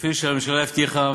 כפי שהממשלה הבטיחה,